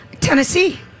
Tennessee